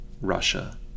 Russia